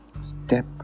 step